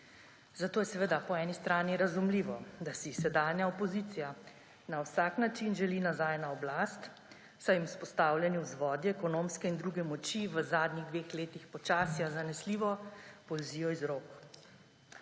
Zato je seveda po eni strani razumljivo, da si sedanja opozicija na vsak način želi nazaj na oblast, saj jim s vzpostavljeni vzvodi ekonomske in druge moči v zadnjih dveh letih počasi, a zanesljivo polzijo iz rok.